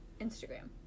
Instagram